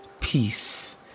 Peace